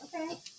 okay